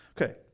Okay